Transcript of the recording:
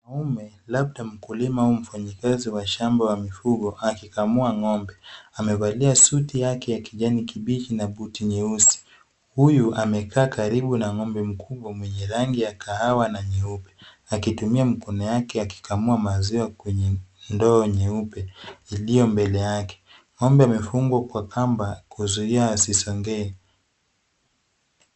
Mwanaume labda mkulima au mfanyakazi wa shamba wa mifugo akikamua ng'ombe .Amevalia suti yake ya kijani kibichi na buti nyeusi. Huyu amekaa karibu na ng'ombe mkubwa mwenye rangi ya kahawa na nyeupe, akitumia mkono yake akikamua maziwa kwenye ndoo nyeupe, iliyo mbele yake. Ng'ombe amefungwa kwa kamba kuzuia asisongee.